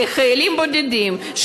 איך חיילים בודדים,